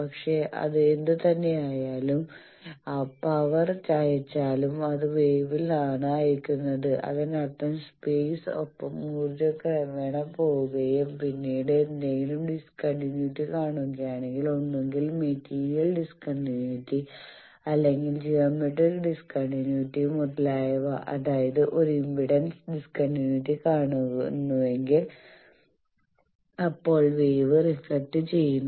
പക്ഷേ അത് എന്തുതന്നെ അയച്ചാലും പവർ അയച്ചാലും അത് വേവ്ഫോമിൽ ആണ് അയക്കുന്നത് അതിനർത്ഥം സ്പേസ്ന് ഒപ്പം ഊർജ്ജം ക്രമേണ പോകുകയും പിന്നീട് എന്തെങ്കിലും ഡിസ്കണ്ടിന്യൂയിറ്റി കാണുകയാണെങ്കിൽ ഒന്നുകിൽ മെറ്റീരിയൽ ഡിസ്കണ്ടിന്യൂയിറ്റി അല്ലെങ്കിൽ ജോമേട്രിക് ഡിസ്കണ്ടിന്യൂയിറ്റി മുതലായവ അതായത് ഒരു ഇംപെഡൻസ് ഡിസ്കണ്ടിന്യൂയിറ്റി കാണുന്നുവെങ്കിൽ അപ്പോൾ വേവ് റിഫ്ലക്ട് ചെയ്യുന്നു